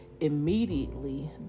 immediately